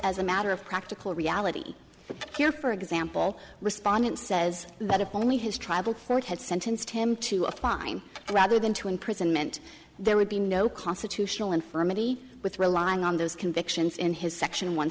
as a matter of practical reality here for example respondent says that if only his tribal court had sentenced him to a fine rather than to imprisonment there would be no constitutional infirmity with relying on those convictions in his section one